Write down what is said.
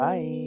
Bye